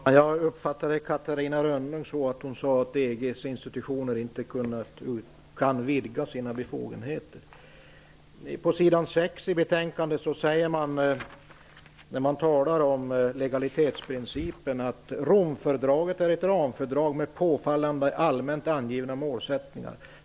Herr talman! Jag uppfattade Catarina Rönnung så, att EG:s institutioner inte kan vidga sina befogenheter. På s. 6 i betänkandet talas det om legalitetsprincipen. Det står att Romfördraget är ett ramfördrag med påfallande allmänt angivna målsättningar.